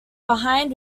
behind